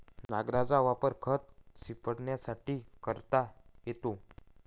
नांगराचा वापर खत शिंपडण्यासाठी करता येतो